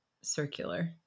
circular